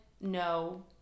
no